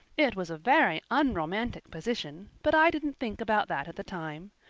it was a very unromantic position, but i didn't think about that at the time.